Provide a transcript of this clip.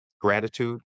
Gratitude